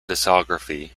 discography